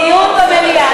דיון במליאה.